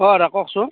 অ' দাদা কওকচোন